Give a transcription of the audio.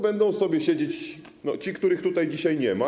Będą sobie siedzieć ci, których tutaj dzisiaj nie ma.